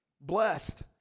Blessed